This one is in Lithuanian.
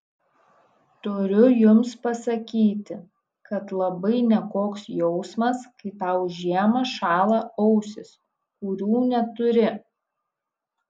turiu jums pasakyti kad labai nekoks jausmas kai tau žiemą šąla ausys kurių neturi